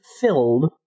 filled